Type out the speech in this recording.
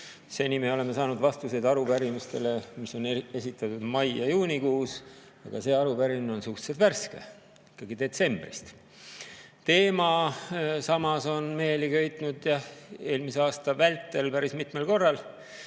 Seni me oleme saanud vastuseid arupärimistele, mis on esitatud mai- ja juunikuus, aga see arupärimine on suhteliselt värske, ikkagi detsembrist. Samas, teema on meeli köitnud eelmisel aastal päris mitmel korral.